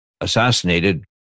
assassinated